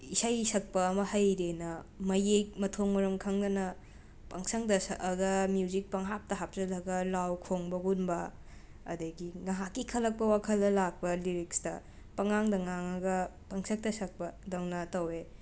ꯏꯁꯩ ꯁꯛꯄ ꯑꯃ ꯍꯩꯔꯦꯅ ꯃꯌꯦꯛ ꯃꯊꯣꯡ ꯃꯔꯝ ꯈꯪꯗꯅ ꯄꯪꯁꯛꯇ ꯁꯛꯑꯒ ꯃ꯭ꯌꯨꯖꯤꯛ ꯄꯪꯍꯥꯞꯇ ꯍꯥꯞꯆꯤꯜꯂꯒ ꯂꯥꯎ ꯈꯣꯡꯕꯒꯨꯝꯕ ꯑꯗꯒꯤ ꯉꯥꯏꯍꯥꯛꯀꯤ ꯈꯜꯂꯛꯄ ꯋꯥꯈꯜꯗ ꯂꯥꯛꯄ ꯂꯤꯔꯤꯛꯁꯇ ꯄꯪꯉꯥꯡꯗ ꯉꯥꯡꯂꯒ ꯄꯪꯁꯛꯇ ꯁꯛꯄꯗꯧꯅ ꯇꯧꯋꯦ